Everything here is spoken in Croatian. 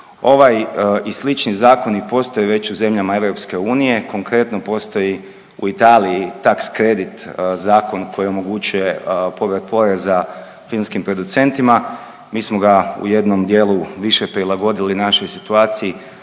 Ovaj i slični zakoni postoje već u zemljama EU, konkretno postoji u Italiji taks kredit zakon koji omogućuje povrat poreza filmskih producentima. Mi smo ga u jednom dijelu više prilagodili našoj situaciji